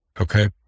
Okay